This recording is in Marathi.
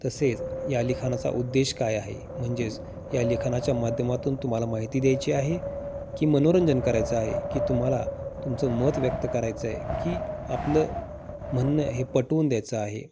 तसेच या लिखानाचा उद्देश काय आहे म्हणजेच या लिखानाच्या माध्यमातून तुम्हाला माहिती द्यायची आहे की मनोरंजन करायचं आहे की तुम्हाला तुमचं मत व्यक्त करायचंय की आपलं म्हणणं हे पटवून द्यायचं आहे